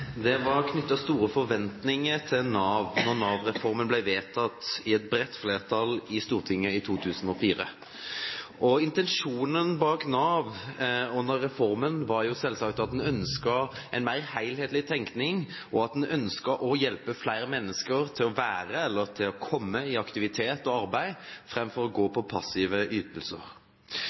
Det var knyttet store forventninger til Nav da Nav-reformen ble vedtatt av et bredt flertall i Stortinget i 2005. Intensjonen bak Nav-reformen var selvsagt at man ønsket en mer helhetlig tenkning, og man ønsket å hjelpe flere mennesker til å være eller komme i aktivitet og arbeid framfor å gå på passive ytelser.